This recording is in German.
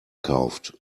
kauft